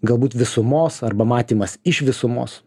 galbūt visumos arba matymas iš visumos